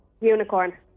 Unicorn